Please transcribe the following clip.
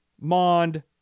Mond